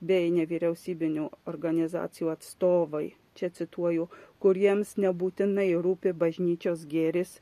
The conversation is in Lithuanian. bei nevyriausybinių organizacijų atstovai čia cituoju kuriems nebūtinai rūpi bažnyčios gėris